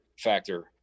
factor